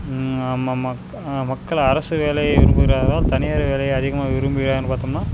மக்கள் அரசு வேலையை விரும்புகின்றார்களா தனியார் வேலையை அதிகமாக விரும்புவது யாருன்னு பார்த்தோம்னா